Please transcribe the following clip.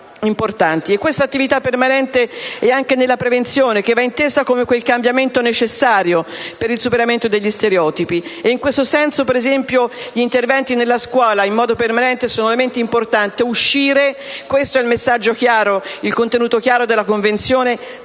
Questa attività permanente riguarda anche la prevenzione, che va intesa come quel cambiamento necessario per il superamento degli stereotipi. In questo senso, per esempio, gli interventi nella scuola, in modo permanente, sono elementi importanti. Uscire - questo è il messaggio chiaro, il contenuto chiaro della Convenzione